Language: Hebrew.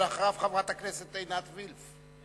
אחריו, חברת הכנסת עינת וילף.